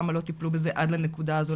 למה לא טיפלו בזה עד לנקודה הזו,